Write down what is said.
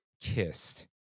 Kissed